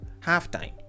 halftime